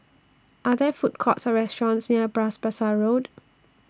Are There Food Courts Or restaurants near Bras Basah Road